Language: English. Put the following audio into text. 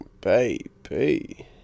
baby